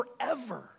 forever